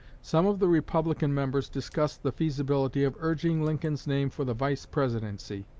some of the republican members discussed the feasibility of urging lincoln's name for the vice-presidency.